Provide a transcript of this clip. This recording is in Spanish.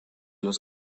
los